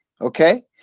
okay